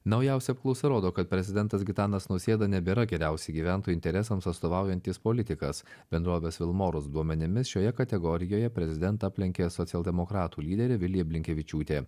naujausia apklausa rodo kad prezidentas gitanas nausėda nebėra geriausiai gyventojų interesams atstovaujantis politikas bendrovės vilmorus duomenimis šioje kategorijoje prezidentą aplenkė socialdemokratų lyderė vilija blinkevičiūtė